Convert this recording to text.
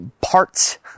parts